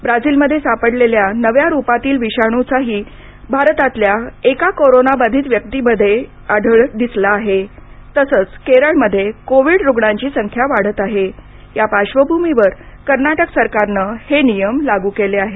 ब्राझीलमध्ये सापडलेल्या नव्या रूपातील विषाणूही भारतातल्या एका कोरोना बाधित व्यक्तीमध्ये आढळ दिसला आहे तसंच केरळमध्ये कोविड रुग्णांची संख्या वाढत आहे त्या पार्श्वभूमीवर कर्नाटक सरकारनं हे नियम लागू केले आहेत